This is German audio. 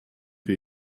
wir